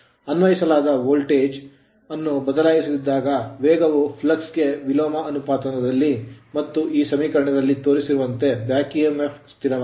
ಅನ್ವಯಿಸಲಾದ ವೋಲ್ಟೇಜ್ ಅನ್ನು ಬದಲಾಯಿಸದಿದ್ದಾಗ ವೇಗವು flux ಫ್ಲಕ್ಸ್ ಗೆ ವಿಲೋಮ ಅನುಪಾತದಲ್ಲಿದೆ ಮತ್ತು ಈ ಸಮೀಕರಣದಲ್ಲಿ ತೋರಿಸಿರುವಂತೆ back emf ಬ್ಯಾಕ್ ಎಮ್ಫ್ ಸ್ಥಿರವಾಗಿದೆ